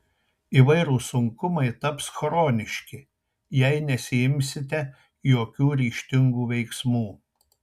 įvairūs sunkumai taps chroniški jei nesiimsite jokių ryžtingų veiksmų